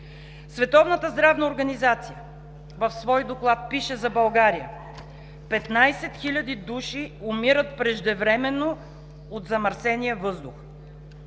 Световната здравна организация в свой доклад пише за България: „Петнадесет хиляди души умират преждевременно от замърсения въздух.“